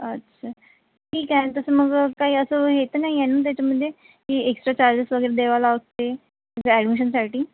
अच्छा ठीक आहे तसं मग काय असं हे तर नाही आहे नं त्याच्यामध्ये की एक्स्ट्रा चार्जेस वगैरे देवा लागते त्या ॲडमिशनसाठी